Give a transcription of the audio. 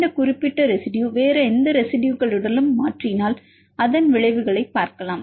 இந்த குறிப்பிட்ட ரெசிடுயு வேறு எந்த ரெசிடுயுகளுடனும் மாற்றினால் அதன் விளைவுகளை பார்க்கலாம்